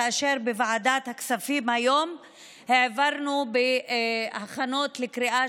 כאשר בוועדת הכספים היום העברנו בהכנה לקריאה